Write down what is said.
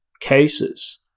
cases